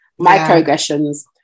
Microaggressions